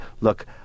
look